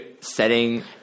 setting